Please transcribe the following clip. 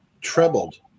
trebled